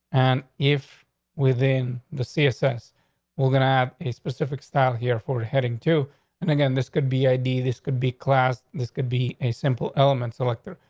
and if within the css we're gonna have a specific style here for heading to and again, this could be i d. this could be classed. this could be a simple elements. elector,